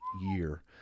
year